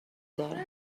دارم